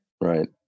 Right